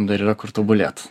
dar yra kur tobulėt